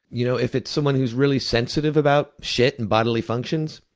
you know if it's someone who's really sensitive about shit and bodily functions,